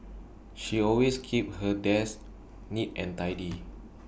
she always keep her desk neat and tidy